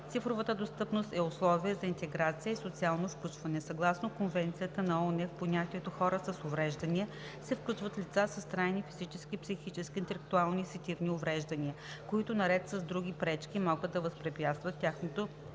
цифровата достъпност е условие за интеграция и социално включване. Съгласно Конвенцията на ООН в понятието „хора с увреждания“ се включват лица с трайни физически, психически, интелектуални и сетивни увреждания, които наред с други пречки могат да възпрепятстват тяхното